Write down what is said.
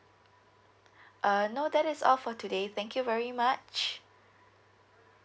uh no that is all for today thank you very much